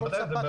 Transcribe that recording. בוודאי.